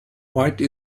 white